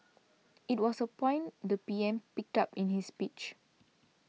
it was a point the P M picked up in his speech